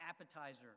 appetizer